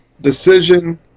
decision